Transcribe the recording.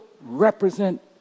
represent